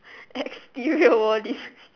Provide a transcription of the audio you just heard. exterior wall this